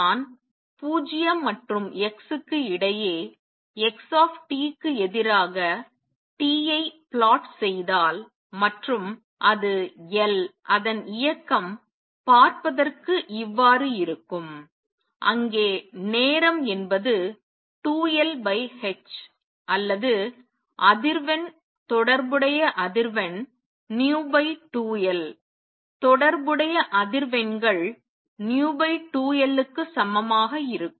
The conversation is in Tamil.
நான் 0 மற்றும் x க்கு இடையே x க்கு எதிராக t ஐ plot செய்தால் மற்றும் அது L அதன் இயக்கம் பார்ப்பதற்கு இவ்வாறு இருக்கும் அங்கே நேரம் என்பது 2Lh அல்லது அதிர்வெண் தொடர்புடைய அதிர்வெண் v2L தொடர்புடைய அதிர்வெண்கள் v2Lக்கு சமமாக இருக்கும்